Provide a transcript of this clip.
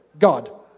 God